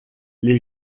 les